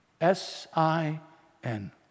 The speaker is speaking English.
S-I-N